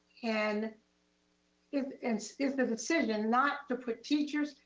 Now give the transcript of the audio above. and if and so if the decision not to put teachers,